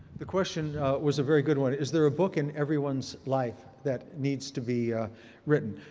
the question was a very good one. is there a book in everyone's life that needs to be written?